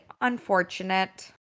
unfortunate